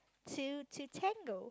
two to tango